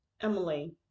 emily